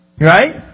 Right